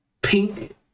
pink